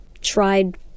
Tried